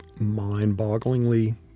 mind-bogglingly